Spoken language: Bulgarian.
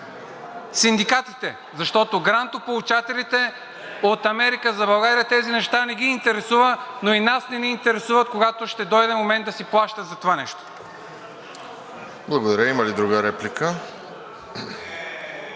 синдикатите, защото грантополучателите от „Америка за България“ тези неща не ги интересуват, но и нас не ни интересува, когато ще дойде момент да си плащат за това нещо. ПРЕДСЕДАТЕЛ РОСЕН ЖЕЛЯЗКОВ: Благодаря. Има ли друга реплика?